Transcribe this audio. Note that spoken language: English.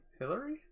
Hillary